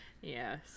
Yes